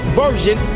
version